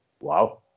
Wow